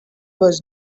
was